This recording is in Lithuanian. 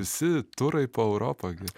visi turai po europą gi